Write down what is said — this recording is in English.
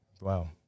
Wow